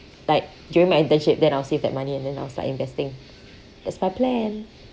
like during my internship then I'll save that money and then I'll start investing that's my plan